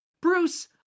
bruce